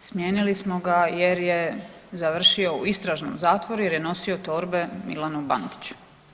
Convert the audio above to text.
smijenili smo ga jer je završio u istražnom zatvoru jer je nosio torbe Milanu Bandiću.